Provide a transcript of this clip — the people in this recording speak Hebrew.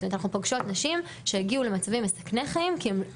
אנחנו פוגשות נשים שהגיעו למצבים מסכני חיים כי הן